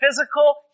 physical